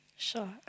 sure